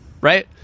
Right